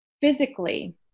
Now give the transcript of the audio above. physically